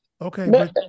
Okay